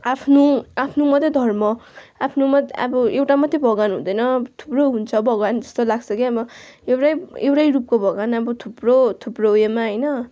आफ्नो आफ्नो मात्रै धर्म हो आफ्नो मत्रै अब एउटा मात्रै भगवान् हुँदैन थुप्रो हुन्छ भगवान् जस्तो लाग्छ कि अब एउटै एउटै रूपको भगवान् अब थुप्रो थुप्रो उयोमा होइन